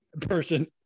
person